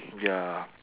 oh ya